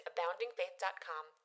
AboundingFaith.com